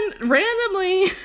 randomly